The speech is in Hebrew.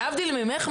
להבדיל ממך,